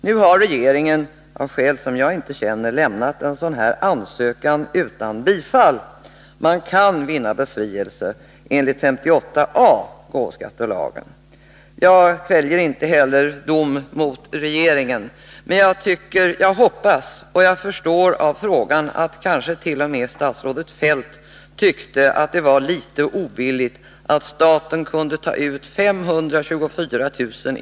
Man kan vinna skattebefrielse enligt 58 a § i arvsskatteoch gåvoskattelagen. Regeringen har nu, av skäl som jag inte känner, lämnat en sådan ansökan utan bifall. Jag kväljer inte heller regeringens utslag. Men jag förstår av frågesvaret att t.o.m. statsrådet Feldt kanske tyckte det var litet obilligt att staten kunde ta ut 524 000 kr.